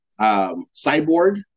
Cyborg